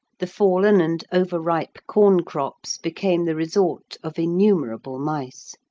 the fallen and over-ripe corn crops became the resort of innumerable mice.